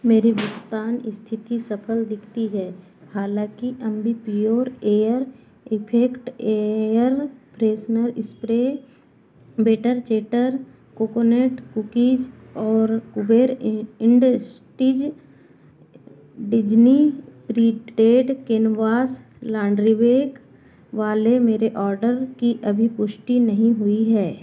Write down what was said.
मेरी भुगतान स्थिति सफल दिखती है हालाँकि Ambipur air effect air freshener spray better chatter coconut cookies और कुबेर इ industries Disney printed canvas laundry bag वाले मेरे आर्डर की अभी पुष्टि नहीं हुई है